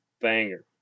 Banger